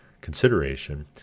consideration